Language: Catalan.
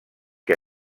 que